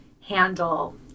handle